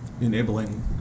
enabling